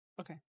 Okay